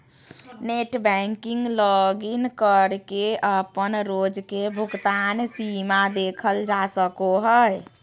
net banking login करके अपन रोज के भुगतान सीमा देखल जा सको हय